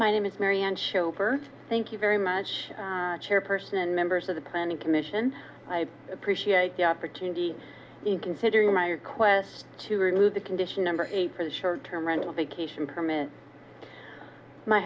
my name is mary and chauffeur thank you very much chairperson members of the planning commission i appreciate the opportunity in considering my request to remove the condition number a pretty short term rental vacation permit my